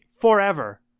forever